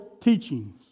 teachings